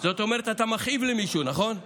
זה אומר שאתה מכאיב למישהו, נכון?